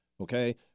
okay